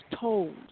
told